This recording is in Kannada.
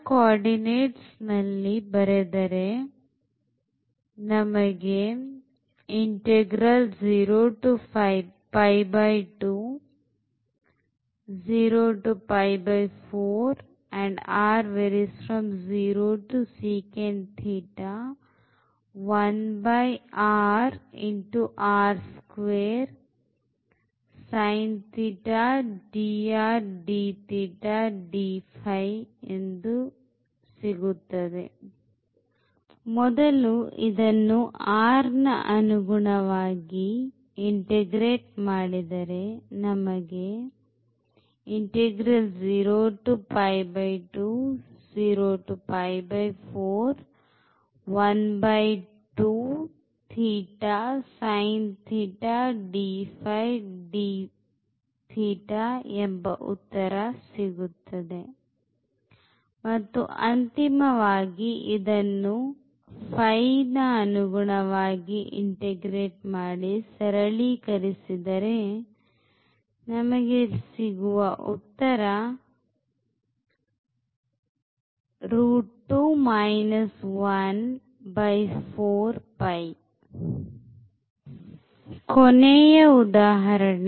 ಕೊನೆಯ ಉದಾಹರಣೆ